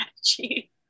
strategy